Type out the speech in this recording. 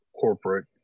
corporate